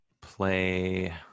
play